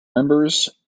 members